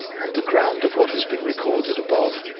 on the ground of what has been recorded above,